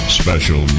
special